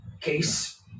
case